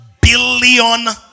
billion